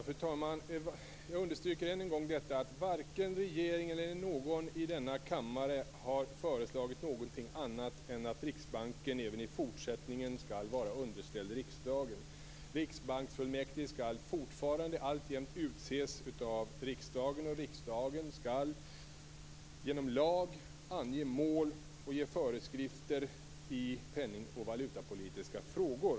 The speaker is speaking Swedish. Fru talman! Jag understryker än en gång detta att varken regeringen eller någon i denna kammare har föreslagit något annat än att Riksbanken även i fortsättningen skall vara underställd riksdagen. Riksbanksfullmäktige skall fortfarande utses av riksdagen, och riksdagen skall genom lag ange mål och ge föreskrifter i penning och valutapolitiska frågor.